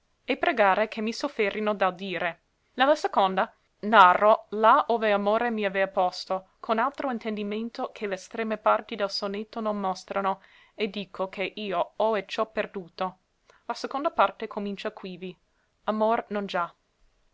e pregare che mi sofferino d'audire nella seconda narro là ove amore m'avea posto con altro intendimento che l'estreme parti del sonetto non mostrano e dico che io hoe ciò perduto la seconda parte comincia quivi amor non già